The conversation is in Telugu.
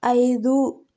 ఐదు